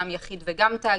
גם יחיד וגם תאגיד,